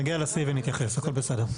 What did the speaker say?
נגיע לסעיף ונתייחס, הכל בסדר.